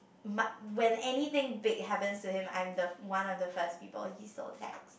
when anything big happens to him I'm the one of the first people he still texts